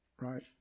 right